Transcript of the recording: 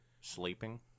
sleeping